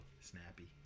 Snappy